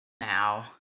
now